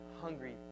hungry